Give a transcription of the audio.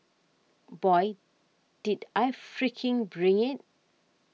boy did I freaking bring it